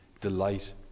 delight